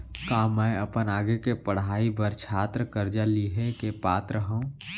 का मै अपन आगे के पढ़ाई बर छात्र कर्जा लिहे के पात्र हव?